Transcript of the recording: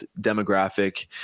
demographic